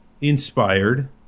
inspired